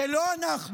זה לא אנחנו.